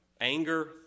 Anger